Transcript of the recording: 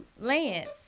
Lance